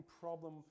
problem